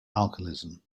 alcoholism